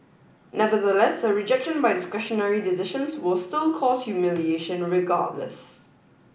nevertheless a rejection by discretionary decisions will still cause humiliation regardless